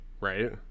right